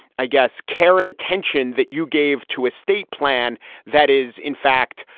i guess, care and attention that you gave to a state plan that is, in fact,